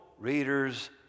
readers